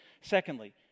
Secondly